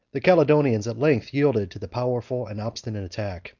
the caledonians at length yielded to the powerful and obstinate attack,